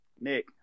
Nick